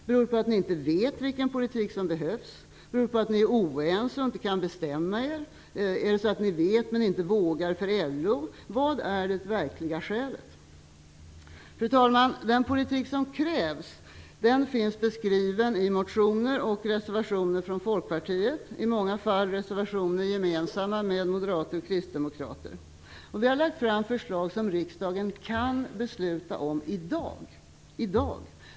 Beror det på att ni inte vet vilken politik som behövs? Beror det på att ni är oense och inte kan inte bestämma er? Vet ni hur man skall göra men vågar inte för LO? Vilket är det verkliga skälet? Fru talman! Den politik som krävs finns beskriven i motioner och reservationer från Folkpartiet. I många fall är dessa skrivna gemensamt med moderater och kristdemokrater. Vi har lagt fram förslag som riksdagen kan besluta om i dag.